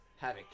Havoc